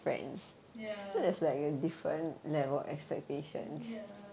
ya ya